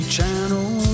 Channel